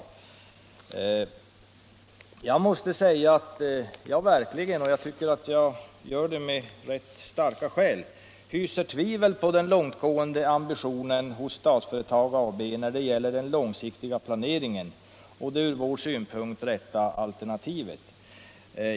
Men jag måste säga, och jag tycker att jag kan göra det på ganska goda grunder, att jag hyser tvivel på den långtgående ambitionen hos Statsföretag AB när det gäller den långsiktiga planeringen och det från vår synpunkt rätta alternativet.